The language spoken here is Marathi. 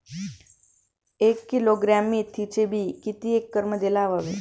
एक किलोग्रॅम मेथीचे बी किती एकरमध्ये लावावे?